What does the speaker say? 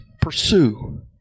pursue